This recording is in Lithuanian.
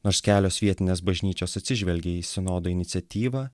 nors kelios vietinės bažnyčios atsižvelgė į sinodo iniciatyvą